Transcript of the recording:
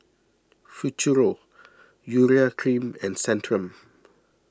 Futuro Urea Cream and Centrum